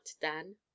Dan